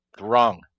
wrong